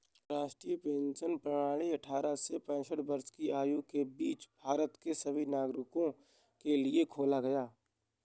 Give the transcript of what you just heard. राष्ट्रीय पेंशन प्रणाली अट्ठारह से पेंसठ वर्ष की आयु के बीच भारत के सभी नागरिकों के लिए खोला गया